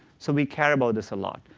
so we care about this a lot.